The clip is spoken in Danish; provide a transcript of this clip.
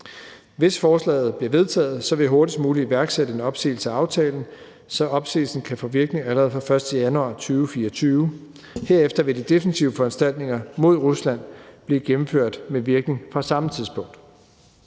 Hvis forslaget bliver vedtaget, vil jeg hurtigst mulige iværksætte en opsigelse af aftalen, så opsigelsen kan få virkning allerede fra den 1. januar 2024. Herefter vil de defensive foranstaltninger mod Rusland blive gennemført med virkning fra samme tidspunkt.